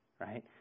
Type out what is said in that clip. right